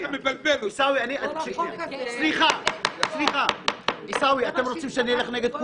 אתם רוצים שאני אלך נגד כולם?